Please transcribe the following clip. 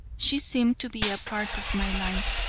she seemed to be a part of my life.